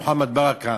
מוחמד ברכה,